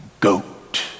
goat